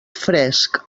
fresc